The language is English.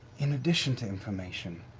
in addition to information,